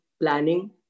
planning